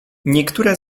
niektóre